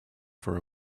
for